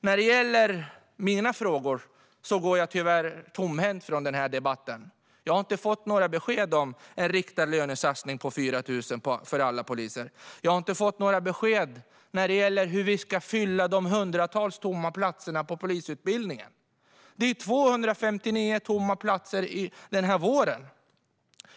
När det gäller mina frågor går jag tyvärr tomhänt från den här debatten. Jag har inte fått något besked om en riktad lönesatsning på 4 000 för alla poliser. Jag har inte fått något besked när det gäller hur vi ska fylla de hundratals tomma platserna på polisutbildningen. Det är 259 tomma platser den här våren.